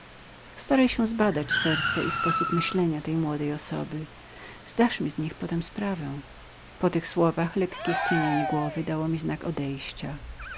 staraj się zbadać serce i sposób myślenia tej młodej osoby opowiesz mi za powrotem twoje uwagi po tych słowach lekkie skinięcie głowy dało mi znak odejścia